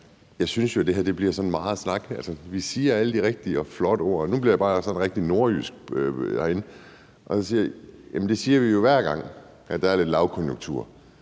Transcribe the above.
jo synes, at det her bliver meget snak. Vi siger alle de rigtige og flotte ord, men – og nu bliver jeg sådan rigtig nordjysk – det siger vi jo, hver gang der er lidt lavkonjunktur,